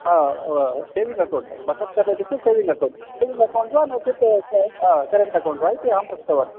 आ ओ saving account बचत् काता इत्युक्ते सेविङ्ग् अकौण्ट् सेविङ्ग् अकौण्ट् वा नो चेत् क करेण्ट् अकौण्ट् वा इति अहं पृष्टवान्